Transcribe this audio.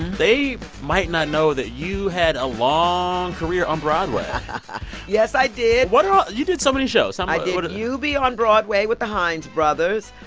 they might not know that you had a long career on broadway yes, i did what are ah you did so many shows so i did eubie! on broadway with the hines brothers,